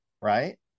right